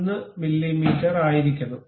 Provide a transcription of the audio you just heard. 1 മിമി ആയിരിക്കണം